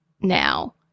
now